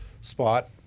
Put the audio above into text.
spot